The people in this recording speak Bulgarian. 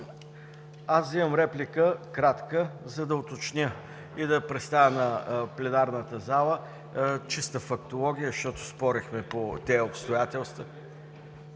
кратка реплика, за да уточня и да представя на пленарната зала чиста фактология, защото спорихме по тези обстоятелства.